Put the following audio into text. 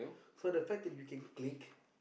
so the fact that you can click